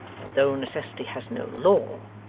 though necessity has no law,